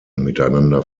miteinander